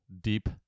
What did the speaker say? deep